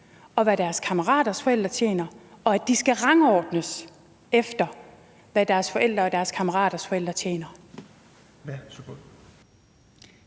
og hvad deres kammeraters forældre tjener, og at de skal rangordnes, efter hvad deres forældre og deres kammeraters forældre tjener?